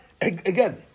again